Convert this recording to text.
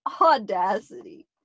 audacity